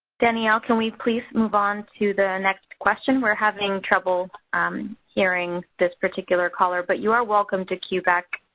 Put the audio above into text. ah can we please move on to the next question? we're having trouble um hearing this particular caller. but you are welcome to queue back